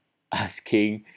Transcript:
asking